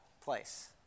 place